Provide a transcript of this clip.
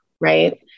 Right